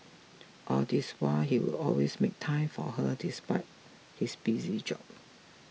all this while he would always make time for her despite his busy job